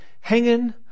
hanging